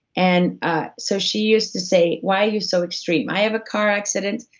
and ah so she used to say, why are you so extreme? i have a car accident,